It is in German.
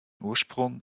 ursprung